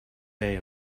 day